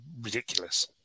ridiculous